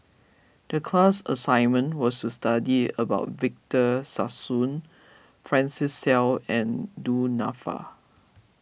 the class assignment was to study about Victor Sassoon Francis Seow and Du Nanfa